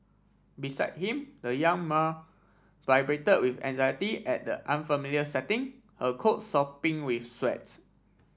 beside him the young mare vibrated with anxiety at the unfamiliar setting her coat sopping with sweat